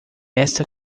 esta